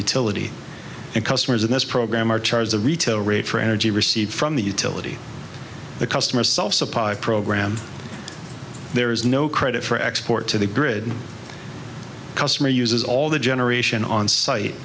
utility and customers in this program are charged the retail rate for energy received from the utility the customers solve supply program there is no credit for export to the grid customer uses all the generation on site